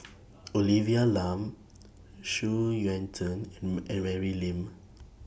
Olivia Lum Xu Yuan Zhen and very Lim